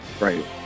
Right